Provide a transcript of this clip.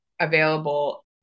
available